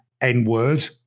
n-word